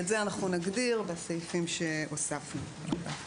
את זה נגדיר בסעיפים שהוספנו.